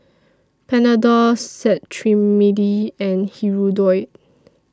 Panadol Cetrimide and Hirudoid